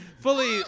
Fully